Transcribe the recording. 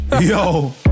Yo